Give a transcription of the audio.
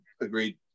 agreed